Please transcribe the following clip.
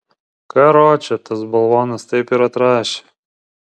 karoče tas balvonas taip ir atrašė